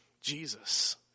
Jesus